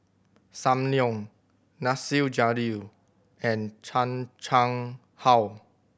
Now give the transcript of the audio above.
Sam Leong Nasir Jalil and Chan Chang How